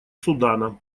судана